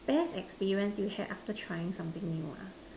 best experience you had after trying something new ah